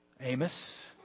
Amos